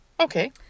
Okay